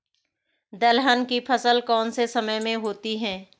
दलहन की फसल कौन से समय में होती है?